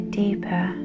deeper